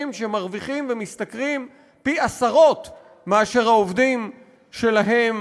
שמרוויחים ומשתכרים פי-עשרות מהעובדים שלהם